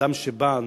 אדם שבא,